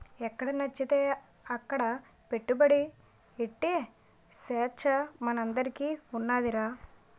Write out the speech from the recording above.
ఎక్కడనచ్చితే అక్కడ పెట్టుబడి ఎట్టే సేచ్చ మనందరికీ ఉన్నాదిరా